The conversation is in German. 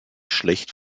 schlecht